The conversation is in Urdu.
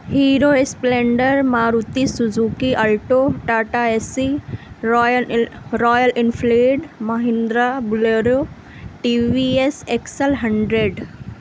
hero Splendor Maruti Suzuki Alto Tata S C Royal Royal Enfield Mahindra Bolero T V S X L hundred